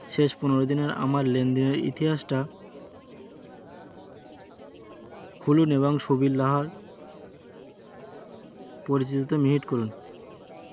শেষ পনেরো দিনের আমার লেনদেনের ইতিহাসটা খুলুন এবং সুবীর লাহার পরিচিতিতে করুন